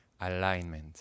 alignment